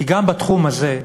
כי גם בתחום הזה,